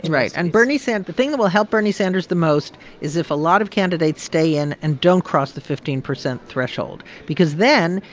right, and bernie the thing that will help bernie sanders the most is if a lot of candidates stay in and don't cross the fifteen percent threshold because then,